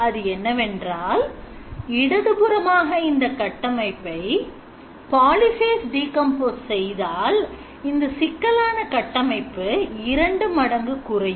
அது என்னவென்றால் இடதுபுறமாக இந்த கட்டமைப்பை polyphase decompose செய்தாள் இந்த சிக்கலான கட்டமைப்பு இரண்டு மடங்கு குறையும்